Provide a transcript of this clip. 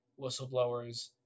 whistleblowers